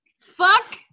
Fuck